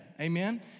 Amen